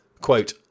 Quote